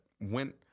went